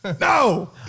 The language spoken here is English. No